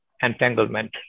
entanglement